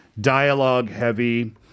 dialogue-heavy